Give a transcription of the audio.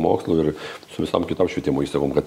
mokslu ir su visom kitom švietimo įstaigom kad